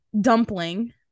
dumpling